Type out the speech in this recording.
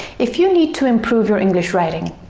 if you need to improve your english writing,